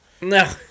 No